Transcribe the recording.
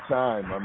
time